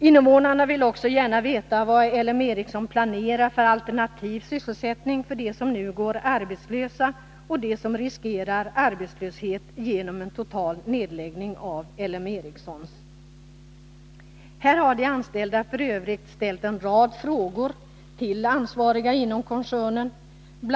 Invånarna vill också gärna veta vilken alternativ sysselsättning som L M Ericsson planerar för dem som nu går arbetslösa och för dem som riskerar De anställda har f. ö. ställt en rad frågor till ansvariga inom koncernen. Bl.